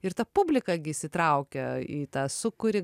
ir ta publika gi įsitraukia į tą sūkurį